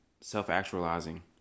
self-actualizing